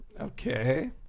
Okay